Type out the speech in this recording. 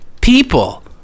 people